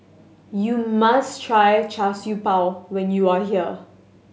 you must try Char Siew Bao when you are here